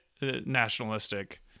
nationalistic